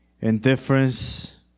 Indifference